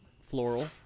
floral